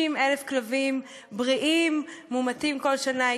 60,000 כלבים בריאים מומתים כל שנה.